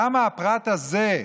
למה הפרט הזה,